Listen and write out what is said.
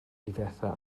difetha